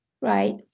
right